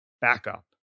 backup